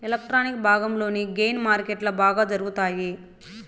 electronic భాగంలోని gain మార్కెట్లో బాగా జరుగుతాయి